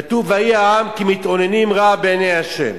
כתוב: ויהי העם כמתאוננים רע בעיני ה',